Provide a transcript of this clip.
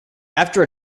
after